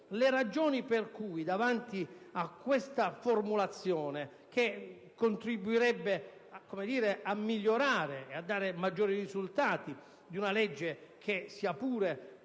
le ragioni per le quali si è contrari ad una formulazione che contribuirebbe a migliorare e a dare maggiori risultati ad una legge che, sia pure